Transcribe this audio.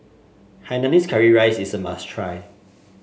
Hainanese Curry Rice is a must try